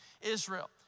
Israel